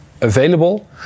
available